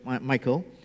Michael